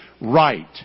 right